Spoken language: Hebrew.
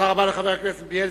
תודה רבה לחבר הכנסת בילסקי.